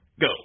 go